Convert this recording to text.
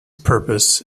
purpose